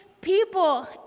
people